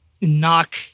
knock